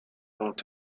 dont